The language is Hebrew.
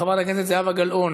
חברת הכנסת זהבה גלאון,